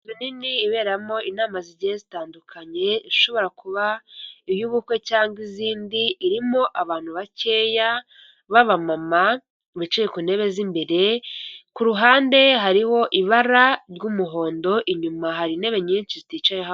Inzu nini iberamo inama zigiye zitandukanye, ishobora kuba iy'ubukwe cyangwa izindi, irimo abantu bakeya babamama bicaye ku ntebe z'imbere, ku ruhande hariho ibara ry'umuhondo, inyuma hari intebe nyinshi ziticayeho abantu.